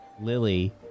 Lily